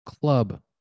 Club